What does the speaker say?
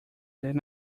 than